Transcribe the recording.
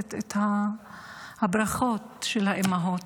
ומחפשת את הברכות של האימהות.